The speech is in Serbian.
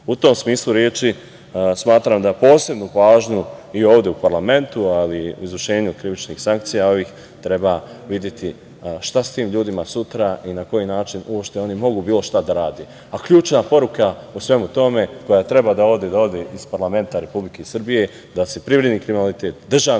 tom smislu reči smatram da posebnu pažnju i ovde u parlamentu, ali i izvršenju krivičnih sankcija treba videti šta s tim ljudima sutra i na koji način uopšte oni mogu bilo šta da rade. Ključna poruka u svemu tome koja treba da ode iz parlamenta Republike Srbije, da se privredni kriminalitet, državni